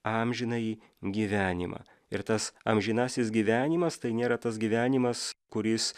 amžinąjį gyvenimą ir tas amžinasis gyvenimas tai nėra tas gyvenimas kuris